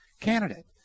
candidate